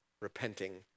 repenting